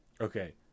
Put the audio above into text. Okay